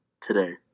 today